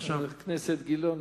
חבר הכנסת גילאון,